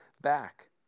back